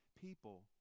people